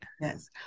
Yes